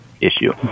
issue